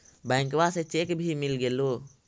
बैंकवा से चेक भी मिलगेलो?